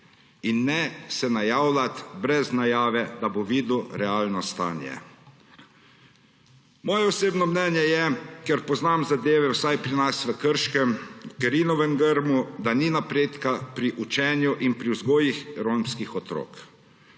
In ne se najavljati, brez najave, da bo videl realno stanje. Moje osebno mnenje je – ker poznam zadeve vsaj pri nas v Krškem, Kerinovem Grmu – da ni napredka pri učenju in pri vzgoji romskih otrok.